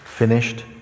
Finished